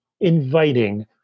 inviting